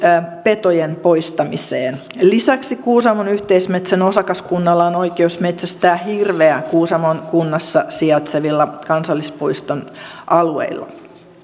petojen poistamiseen lisäksi kuusamon yhteismetsän osakaskunnalla on oikeus metsästää hirveä kuusamon kunnassa sijaitsevilla kansallispuiston alueilla